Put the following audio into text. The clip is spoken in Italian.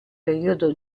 periodo